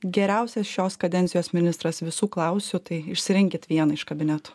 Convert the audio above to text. geriausias šios kadencijos ministras visų klausiu tai išsirinkit vieną iš kabinetų